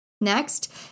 Next